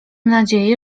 nadzieję